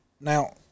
Now